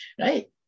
right